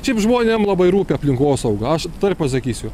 šiaip žmonėm labai rūpi aplinkosauga aš dar pasakysiu